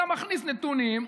אתה מכניס נתונים,